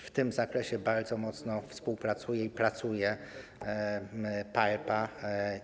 W tym zakresie bardzo mocno współpracuje i pracuje PARPA.